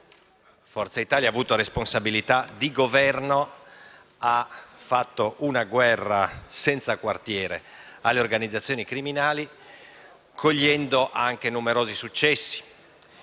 e, quando ha avuto responsabilità di Governo, ha portato avanti una guerra senza quartiere alle organizzazioni criminali cogliendo anche numerosi successi.